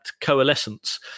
coalescence